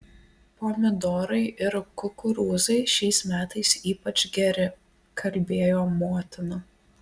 pomidorai ir kukurūzai šiais metais ypač geri kalbėjo motina